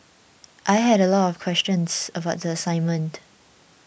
I had a lot of questions about the assignment